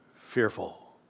fearful